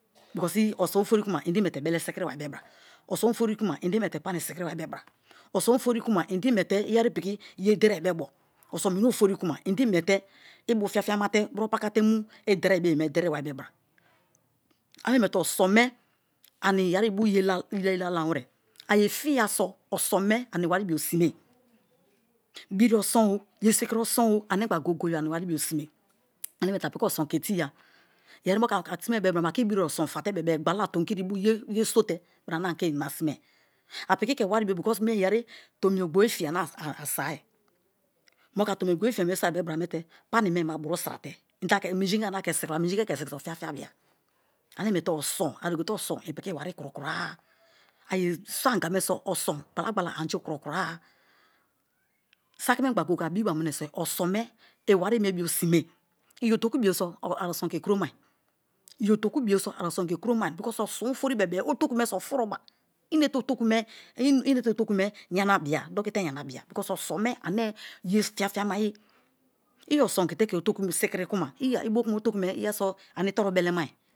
Because oson ofori kuma inde i̱ miete bele sikiri bai bra oso̱n ofori kmuma inde imiete pani sikiriware bira oso̱n ofori kuma, iyeri piki ye derie be bo oson meni ofori kuma inde imete ibu fiafia me te pakate mu iderie bo ye me deriware bra. Ane miete oson me yeri ani ibu ye lalamwe ne a ye fiya so oso̱n me ani iwari bo sime biri oson o, ye sikiri oso̱n o, aniimgba goye goye ani iwari bo sime. Ane miete a piki oso̱n ke tiya yeri moku a simai bara a ke birie oson fate bebe-e gbala tomi kiri ibu ye sote̱ bra ane ani ke inina simai a piki ke wa bio because yeri tomina ogbo be fiye ane asoi be bra me te̱ pani ame-e ma buru sira te minji ingeri ana ke sikiriwa i a̱ minji ingeri ke sikiri so fiafia bia ane miete oso̱n a dukute oson piki iwari kuro kura-a a ye soi anga me so oson gbal-agba la anju kuro kura-a. Saki me gba a biba meniso oson me i wari me bo sime i otoku bio so̱ a oson ke kuro mai because oso̱n ofori bebe-e otoku me so furuba i ine otokume yanabia, dokite yanabia because oso̱n me ane ye fiafia ma ye i oson okite ke otoku me sikiri kuma iya i̱ bokuma otoku ani itoru belemai.